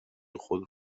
خود